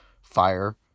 fire